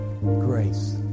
grace